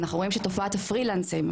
ואנחנו רואים שתופעת הפרילנסים,